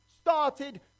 started